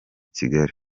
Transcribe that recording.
kigali